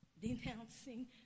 denouncing